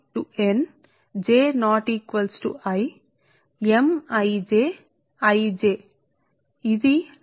కాబట్టి దీనికి బదులుగా ఇది మీది అందుకే ఇది మీ 1 సరే 1ప్రాథమికంగా L11 మైనస్ M12 L1కు సమానం అయితే ఈ గుర్తు మైనస్ గుర్తు వస్తుందిఎందుకంటే కరెంట్ ఈ i j దిశ వల్ల